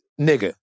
Nigga